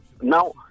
Now